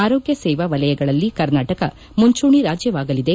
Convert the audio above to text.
ಆರೋಗ್ಯ ಸೇವಾ ವಲಯಗಳಲ್ಲಿ ಕರ್ನಾಟಕ ಮುಂಚೂಣಿ ರಾಜ್ಯವಾಗಲಿದೆ